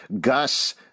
Gus